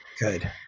Good